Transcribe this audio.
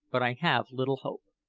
but i have little hope.